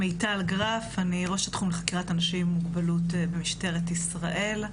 אני ראש התחום לחקירת אנשים עם מוגבלות במשטרת ישראל.